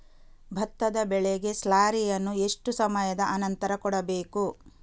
ಭತ್ತದ ಬೆಳೆಗೆ ಸ್ಲಾರಿಯನು ಎಷ್ಟು ಸಮಯದ ಆನಂತರ ಕೊಡಬೇಕು?